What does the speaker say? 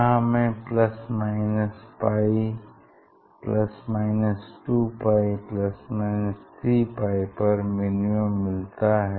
यहाँ हमें ±π ±2π ±3π पर मिनिमम मिलता है